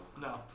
No